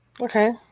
okay